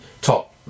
top